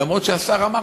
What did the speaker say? אף שהשר אמר,